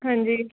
ਹਾਂਜੀ